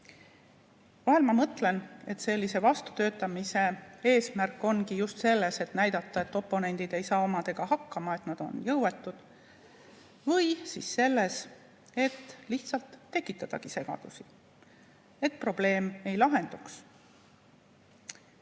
Vahel ma mõtlen, et sellise vastutöötamise eesmärk ongi just selles, et näidata, et oponendid ei saa omadega hakkama, et nad on jõuetud, või siis selles, et lihtsalt tekitada segadust, et probleem ei lahenduks. On